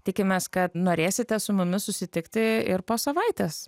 tikimės kad norėsite su mumis susitikti ir po savaitės